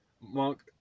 Monk